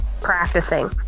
practicing